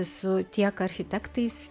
su tiek architektais